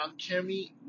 Kimmy